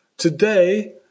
Today